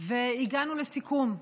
והגענו לסיכום.